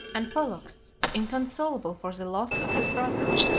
and pollux, inconsolable for the loss of his brother,